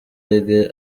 reggae